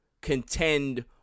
contend